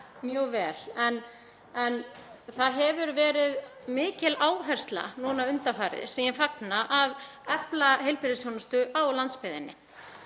mjög vel. Það hefur verið mikil áhersla núna undanfarið, sem ég fagna, á að efla heilbrigðisþjónustu á landsbyggðinni